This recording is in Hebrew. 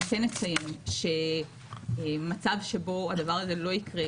אני כן אציין שמצב שבו הדבר הזה לא יקרה,